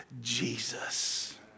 Jesus